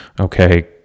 okay